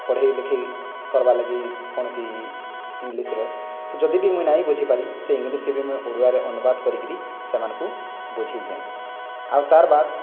ପଢ଼େଇ ଲିଖେଇ କର୍ବାଲାଗି କୌଣସି ଇଙ୍ଗ୍ଲିଶ୍ରେ ତ ଯଦି ବି ମୁଇ ନାଇଁ ବୁଝିପାରି ସେ ଇଙ୍ଗ୍ଲିଶ୍କେ ବି ମୁଇଁ ଓଡ଼ିଆରେ ଅନୁବାଦ କରିକିରି ସେମାନଙ୍କୁ ବୁଝେଇଚେଁ ଆର୍ ତାର୍ ବାଦ